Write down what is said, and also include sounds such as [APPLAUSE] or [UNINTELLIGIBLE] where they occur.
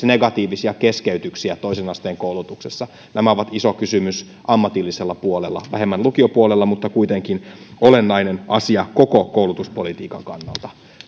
[UNINTELLIGIBLE] negatiivisia keskeytyksiä toisen asteen koulutuksessa nämä ovat iso kysymys ammatillisella puolella vähemmän lukiopuolella mutta kuitenkin olennainen asia koko koulutuspolitiikan kannalta